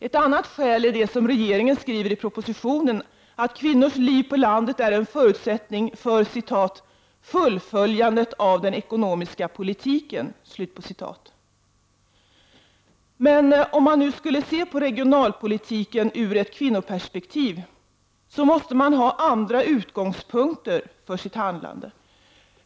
Ett annat skäl är det som regeringen skriver i propositionen, att kvinnors liv på landet är en förutsättning ”för fullföljandet av den ekonomiska politiken”. Men om man nu skall se på regionalpolitiken ur ett kvinnoperspektiv, måste man ha andra utgångspunkter för sitt handlande.